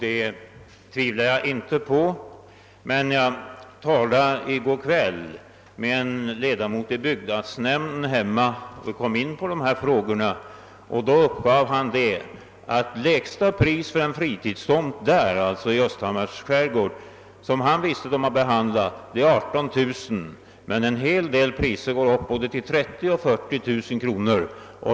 Det tvivlar jag inte på, men jag talade i går kväll med en ledamot av byggnadsnämnden hemma och kom då in på dessa frågor. Därvid uppgav han att lägsta priset för en fritidstomt där — alltså i Östhammars skärgård — som han kände till var 18 000 kronor men att priserna i en hel del fall var 30 000—40 000 kronor.